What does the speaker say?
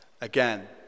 again